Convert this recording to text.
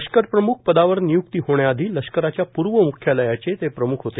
लष्करप्रम्ख पदावर निय्क्ती होण्याआधी लष्कराच्या पूर्व म्ख्यालयाचे ते प्रम्ख होते